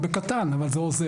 אמנם בקטן, אבל זה עוזר.